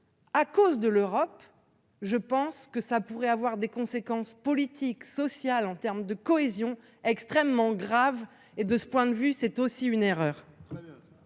À cause de l'Europe. Je pense que ça pourrait avoir des conséquences politiques sociales en terme de cohésion extrêmement grave et de ce point de vue c'est aussi une erreur.